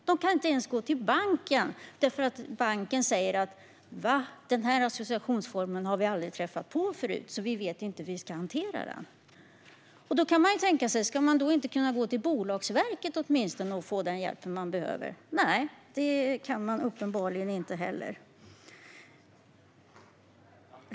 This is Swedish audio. De kan inte ens gå till banken, för banken säger att de aldrig tidigare har träffat på denna associationsform och inte vet hur de ska hantera den. Ska man då inte kunna gå åtminstone till Bolagsverket för att få den hjälp som man behöver? Nej, det kan man uppenbarligen inte heller.